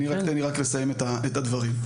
תן לי רק לסיים את הדברים.